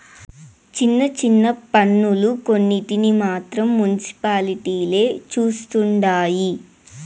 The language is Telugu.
చిన్న చిన్న పన్నులు కొన్నింటిని మాత్రం మునిసిపాలిటీలే చుస్తండాయి